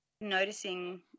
noticing